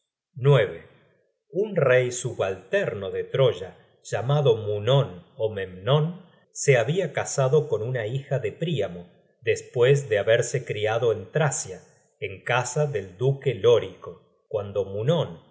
at un rey subalterno de troya llamado munon ó memnon se habia casado con una hija de príamo despues de haberse criado en tracia en casa del duque lórico guando munon